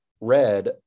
red